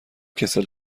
کسل